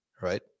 right